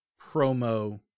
promo